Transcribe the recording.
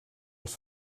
els